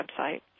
website